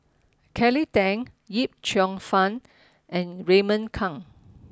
Kelly Tang Yip Cheong Fun and Raymond Kang